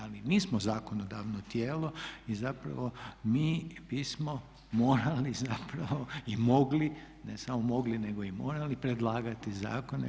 Ali i mi smo zakonodavno tijelo i zapravo mi bismo morali zapravo i mogli, ne samo mogli nego i morali predlagati zakone.